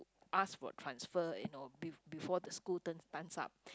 ask for transfer you know be before the school term times up